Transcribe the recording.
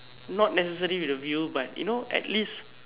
not necessary with a view but you know at least